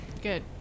Good